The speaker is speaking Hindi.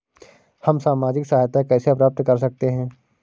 हम सामाजिक सहायता कैसे प्राप्त कर सकते हैं?